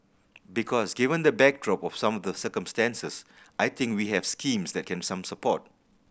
because given the backdrop of some the circumstances I think we have schemes that can some support